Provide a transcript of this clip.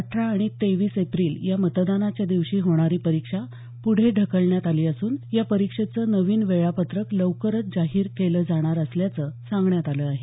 अठरा आणि तेवीस एप्रिल या मतदानाच्या दिवशी होणारी परीक्षा पुढे ढकलण्यात आली असून या परीक्षेचं नवीन वेळापत्रक लवकरच जाहीर केलं जाणार असल्याचं सांगण्यात आलं आहे